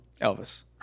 Elvis